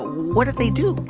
what did they do?